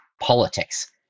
politics